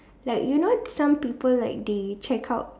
like you know some people like they check out